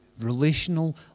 Relational